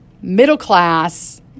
middle-class